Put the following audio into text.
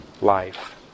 life